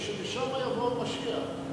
בשביל שלשם יבוא המשיח.